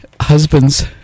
husbands